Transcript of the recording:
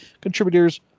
contributors